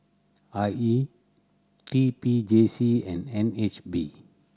I E T P J C and N H B